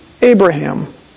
Abraham